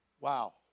Wow